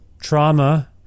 trauma